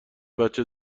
بچه